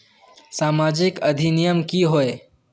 सामाजिक अधिनियम की होय है?